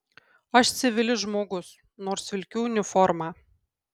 aš civilis žmogus nors vilkiu uniformą